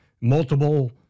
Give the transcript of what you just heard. Multiple